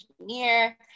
engineer